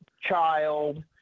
child